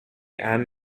anne